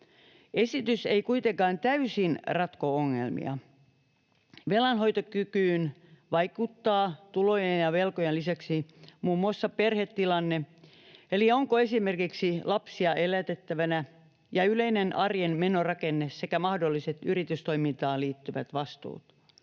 Esitys ei kuitenkaan täysin ratko ongelmia. Velanhoitokykyyn vaikuttavat tulojen ja velkojen lisäksi muun muassa perhetilanne eli esimerkiksi se, onko lapsia elätettävänä, yleinen arjen menorakenne sekä mahdolliset yritystoimintaan liittyvät vastuut.